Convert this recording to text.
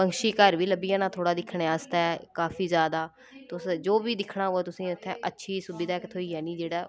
पंक्षीघर बी लब्भी जाना थोह्ड़ा दिक्खने आस्तै काफी ज्यादा तुस जो बी दिक्खना होगा तुसेंगी इक अच्छी सुविधा इक थ्होई जानी जेह्ड़ा